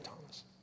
Thomas